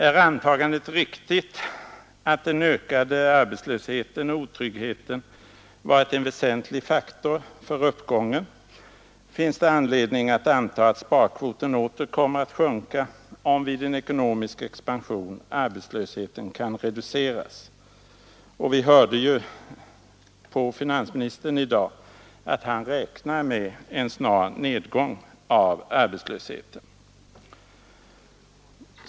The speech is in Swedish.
Är antagandet riktigt att den ökade arbetslösheten och otryggheten varit en väsentlig faktor för uppgången finns det anledning att anta att sparkvoten åter kommer att sjunka, om vid en ekonomisk expansion arbetslösheten kan reduceras. Och vi hörde ju på finansministern i dag att han räknar med en snar nedgång av arbetslösheten.